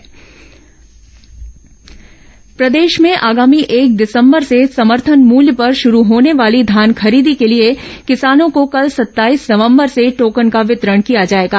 धान खरीदी प्रदेश में आगामी एक दिसंबर से समर्थन मूल्य पर शुरू होने वाली धान खरीदी के लिए किसानों को कल सत्ताईस नवंबर से टोकन का वितरण किया जाएगा